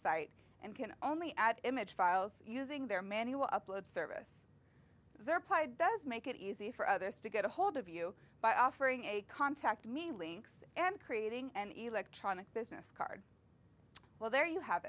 site and can only at image files using their manual upload service their pride does make it easy for others to get a hold of you by offering a contact me links and creating an electronic business card well there you have